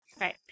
Right